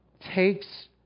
takes